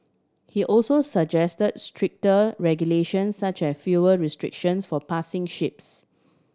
he also suggest stricter regulation such as fuel restrictions for passing ships